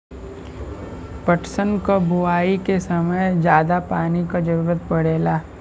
पटसन क बोआई के समय जादा पानी क जरूरत पड़ेला